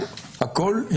הכול?